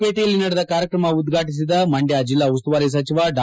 ಪೇಟೆಯಲ್ಲಿ ನಡೆದ ಕಾರ್ಯಕ್ರಮ ಉದ್ಘಾಟಿಸಿದ ಮಂಡ್ಕ ಜಿಲ್ಲಾ ಉಸ್ತುವಾರಿ ಸಚಿವ ಡಾ